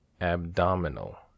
Abdominal